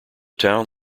town